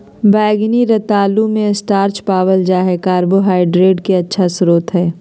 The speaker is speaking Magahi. बैंगनी रतालू मे स्टार्च पावल जा हय कार्बोहाइड्रेट के अच्छा स्रोत हय